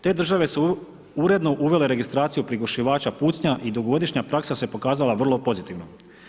Te države su uredno uvele registraciju prigušivača pucnja i dugogodišnja praksa se pokazala vrlo pozitivnom.